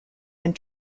and